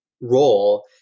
role